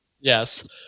Yes